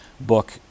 book